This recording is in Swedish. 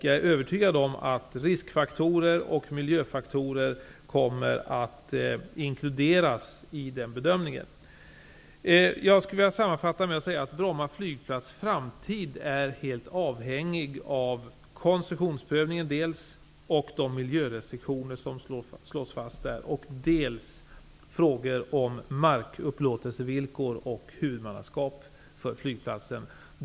Jag är övertyga om att risk och miljöfaktorer kommer att inkluderas i denna bedömning. Sammanfattningsvis är Bromma flygplats framtid helt avhängig av dels koncessionsprövningen och de miljörestriktioner som slås fast där, dels frågorna om markupplåtelsevillkor och huvudmannaskap för flygplatsen.